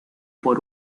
por